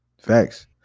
Facts